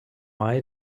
mai